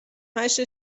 هشت